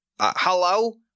Hello